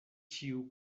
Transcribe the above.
ĉiu